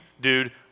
dude